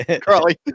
Carly